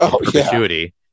perpetuity